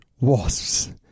Wasps